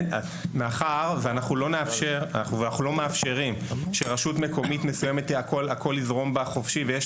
אנחנו לא מאפשרים שהכל יזרום חופשי דרך